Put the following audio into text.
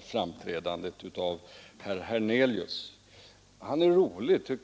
framträdande. Herr Hernelius är rolig. Därför